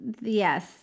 Yes